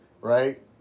right